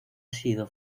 sido